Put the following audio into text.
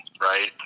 right